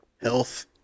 health